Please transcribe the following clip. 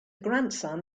grandson